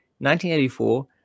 1984